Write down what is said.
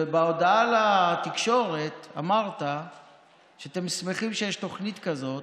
ובהודעה לתקשורת אמרת שאתם שמחים שיש תוכנית כזאת,